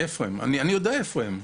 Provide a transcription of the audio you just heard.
אני יודע איפה הם.